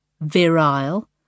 Virile